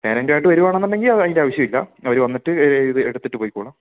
പേരന്റായിട്ട് വരുവാണെന്നുണ്ടങ്കിൽ അതിൻ്റെ ആവശ്യം ഇല്ല അവർ വന്നിട്ട് എഴുതി എടുത്തിട്ട് പൊയ്ക്കോണം